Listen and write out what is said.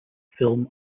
film